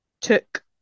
took